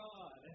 God